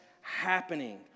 happening